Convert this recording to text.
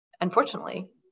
unfortunately